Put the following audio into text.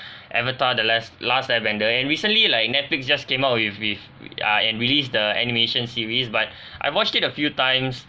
avatar the last last airbender and recently like netflix just came up with with err and released the animation series but I watched it a few times